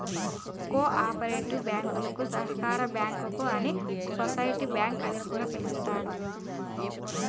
co operative బ్యాంకులు సహకార bank అని సోసిటీ బ్యాంక్ అని పిలుత్తారు